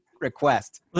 request